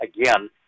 again